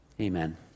Amen